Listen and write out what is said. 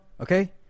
okay